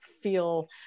feel